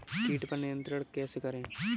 कीट पर नियंत्रण कैसे करें?